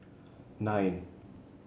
nine